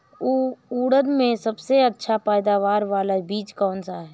उड़द में सबसे अच्छा पैदावार वाला बीज कौन सा है?